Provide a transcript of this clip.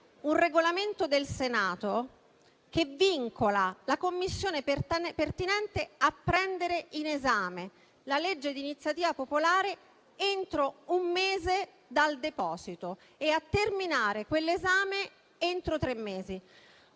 Il Regolamento del Senato vincola la Commissione competente a prendere in esame la legge di iniziativa popolare entro un mese dal deposito e a terminarne l'esame entro tre mesi.